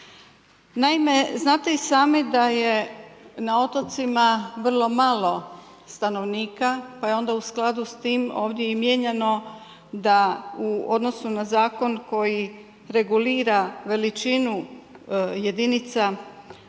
Naime, znate i sami, da je na otocima vrlo malo stanovnika, pa je onda u skladu s tim, ovdje mjenjano, da u odnosu na zakon, koji regulira veličinu jedinica, a